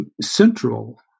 central